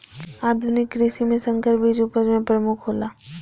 आधुनिक कृषि में संकर बीज उपज में प्रमुख हौला